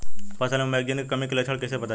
फसल पर मैगनीज के कमी के लक्षण कइसे पता चली?